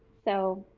so.